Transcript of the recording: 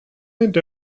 and